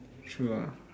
true ah